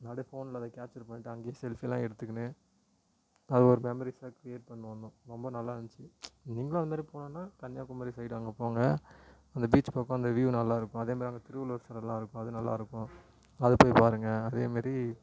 அப்படியே ஃபோனில் அதை கேப்ச்சர் பண்ணிட்டு அங்கேயே செல்ஃபீலாம் எடுத்துகுட்டு அது ஒரு மெமரிசாக கிரேட் பண்ணனும் ரொம்ப நல்லா இருந்துச்சு நீங்களும் அந்தமாதிரி போகணுனா கன்னியாகுமாரி போயிட்டு வாங்க போங்க அந்த பீச் பக்கம் அந்த வியூவு நல்லா இருக்கும் அதேமாதிரி அங்கே திருவள்ளுவர் சிலைலாம் இருக்கும் அது நல்லா இருக்கும் அது போய் பாருங்க அதேமாரி